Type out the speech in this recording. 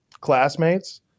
classmates